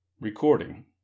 Recording